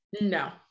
No